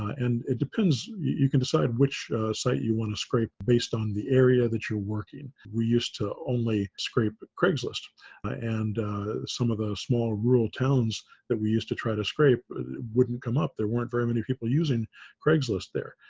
and it depends, you can decide which site you want to scrape based on the area that you're working. we used to only scrape craigslist and some of the small rural towns that we used to try to scrape wouldn't come up. there weren't very many using craigslist there.